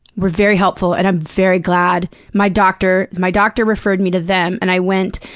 were very helpful and i'm very glad my doctor my doctor referred me to them and i went.